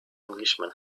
englishman